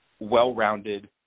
well-rounded